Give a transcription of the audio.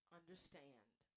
understand